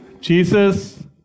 Jesus